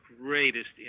greatest